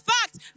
fact